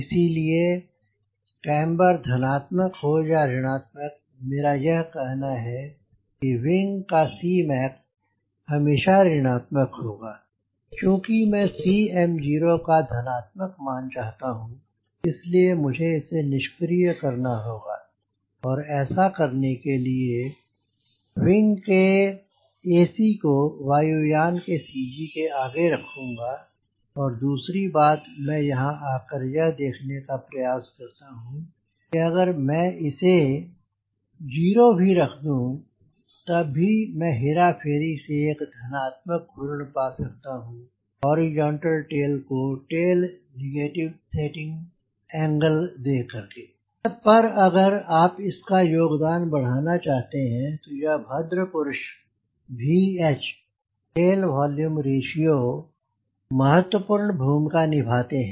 इसलिए केम्बर धनात्मक हो या ऋणात्मक मेरा यह कहना है कि विंग का Cmac हमेशा ऋणात्मक होगा चूँकि मैं Cm0 का धनात्मक मान चाहता हूँ इसलिए मुझे इसे निष्क्रिय करना होगा और ऐसा करने के लिए विंग के ac को वायु यान के CG के आगे रखूँगा और दूसरी बात मैं यहाँ आकर यह देखने का प्रयास करता हूँ कि अगर मैं इसे O भी रख दूँ तब भी मैं हेराफेरी से एक धनात्मक घूर्ण पा सकता हूँ हॉरिज़ॉंटल टेल को टेल नेगेटिव सेटिंग दे कर l पर अगर आप इसका योगदान बढ़ाना चाहते हैं तो यह भद्र पुरुष VH टेल वोल्यूम रेशीओ महत्वपूर्ण भूमिका निभाते हैं